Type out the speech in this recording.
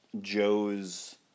Joe's